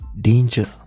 danger